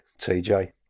TJ